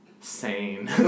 sane